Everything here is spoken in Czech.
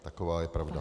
Taková je pravda.